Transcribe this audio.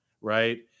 right